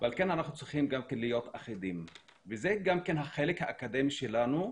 ועל כן אנחנו צריכים להיות אחידים וזה גם החלק האקדמי שלנו,